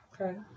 okay